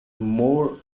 more